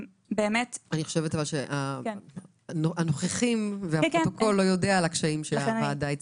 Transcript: אני חושבת שהנוכחים והפרוטוקול לא יודעים על הקשיים שהוועדה הציפה.